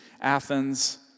Athens